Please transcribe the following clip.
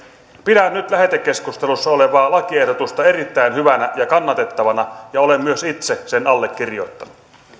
pidän nyt lähetekeskustelussa olevaa lakiehdotusta erittäin hyvänä ja kannatettavana ja olen myös itse sen allekirjoittanut